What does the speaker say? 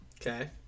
Okay